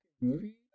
movie